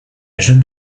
jeune